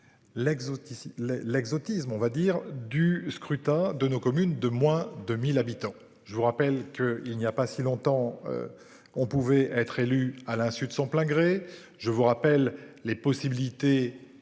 l'exotisme, on va dire du scrutin de nos communes de moins de 1000 habitants. Je vous rappelle que, il n'y a pas si longtemps. On pouvait être élu à l'insu de son plein gré. Je vous rappelle les possibilités